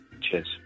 Cheers